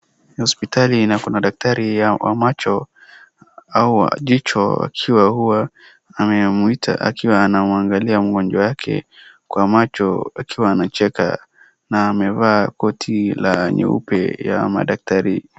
Hospitali na kuna daktari wa macho ama jicho akiwa huwa amemwita akiwa anamwangalia mgonjwa wake kwa macho akiwa anacheka na amevaa koti la nyeupe ya madaktari.